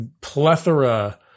plethora